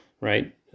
right